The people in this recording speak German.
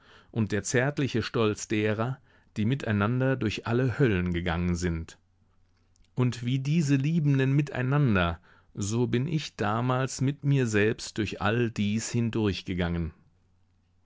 und der zärtliche stolz derer die miteinander durch alle höllen gegangen sind und wie diese liebenden miteinander so bin ich damals mit mir selbst durch all dies